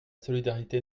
solidarité